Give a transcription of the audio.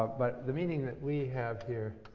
but the meaning that we have here